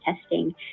testing